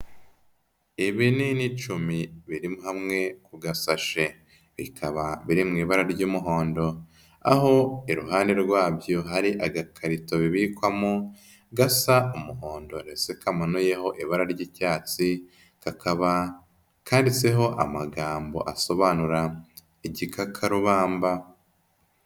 Ibinini icumi, biri hamwe, kugasashe. Bikaba biri mu ibara ry'umuhondo, aho iruhande rwabyo, hari agakarito bibikwamo, gasa umuhondo ndetse kamanuyeho ibara ry'icyatsi, kakaba kanditseho amagambo asobanura igikakarubamba.